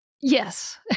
Yes